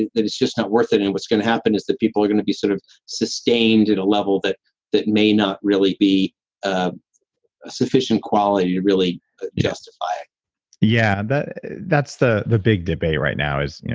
that it's just not worth it. and what's going to happen is that people are going to be sort of sustained at a level that that may not really be ah a sufficient quality to really justify it yeah. that's the the big debate right now is,